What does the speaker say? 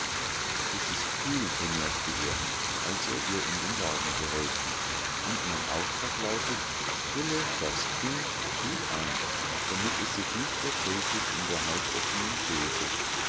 es ist kühl bemerkte er als er ihr in den wagen geholfen und mein auftrag lautet hülle das kind gut ein damit es sich nicht erkältet in der halboffenen chaise